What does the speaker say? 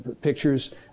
pictures